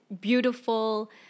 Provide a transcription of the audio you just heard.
beautiful